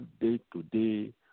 day-to-day